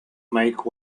make